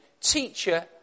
Teacher